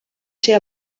ser